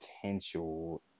potential